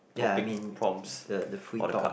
ya I mean the the free talk